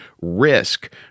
risk